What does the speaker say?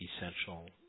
essential